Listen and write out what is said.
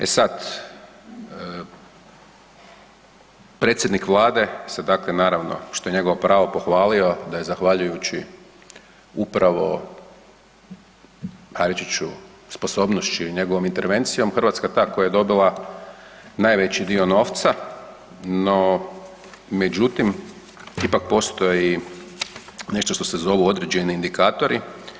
E sad, predsjednik Vlade se dakle naravno što je njegovo pravo pohvalio da je zahvaljujući upravo, a reći ću sposobnošću i njegovom intervencijom Hrvatska ta koja je dobila najveći dio novca, no međutim ipak postoji nešto što se zovu određeni indikatori.